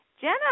Jenna